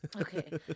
Okay